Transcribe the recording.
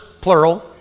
plural